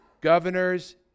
governors